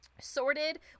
Sorted